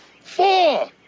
Four